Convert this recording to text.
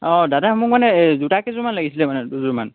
অঁ দাদা মোক মানে এই জোতা কেইযোৰমান লাগিছিলে মানে দুযোৰমান